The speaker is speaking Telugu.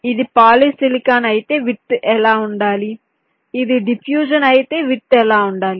ఇది పాలిసిలికాన్ అయితే విడ్త్ ఎలా ఉండాలి ఇది డిఫ్యూషన్ అయితే విడ్త్ ఎలా ఉండాలి